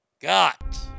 got